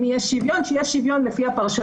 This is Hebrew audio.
אם יהיה שוויון אז שיהיה שוויון רק לשיטתם.